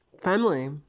family